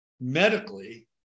medically